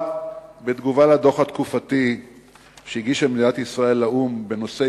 בתגובה על הדוח התקופתי שהגישה מדינת ישראל לאו"ם בנושא